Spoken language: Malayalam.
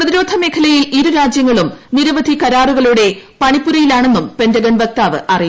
പ്രതിരോധ മേഖലയിൽ ഇരു രാജ്യങ്ങളും നിരവധി കരാറുകളുടെ പണിപുരയിലാണെന്നും പെൻടഗൺ വക്താവ് പറഞ്ഞു